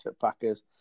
Packers